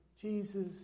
Jesus